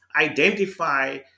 identify